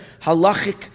halachic